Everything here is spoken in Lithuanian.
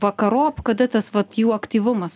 vakarop kada tas vat jų aktyvumas